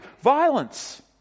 violence